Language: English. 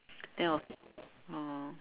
then I was oh